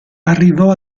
arrivò